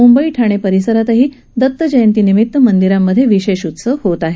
मुंबई ठाणे परिसरातही दतजयंतीनिमित मंदिरांमधे विशेष उत्सव होत आहेत